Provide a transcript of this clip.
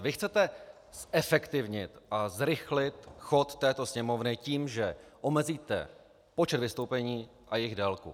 Vy chcete zefektivnit a zrychlit chod této Sněmovny tím, že omezíte počet vystoupení a jejich délku.